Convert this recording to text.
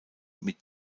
mit